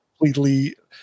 completely